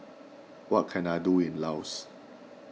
what can I do in Laos